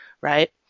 right